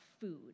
food